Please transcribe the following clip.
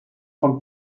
vom